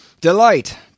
Delight